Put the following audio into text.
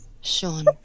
Sean